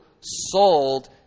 sold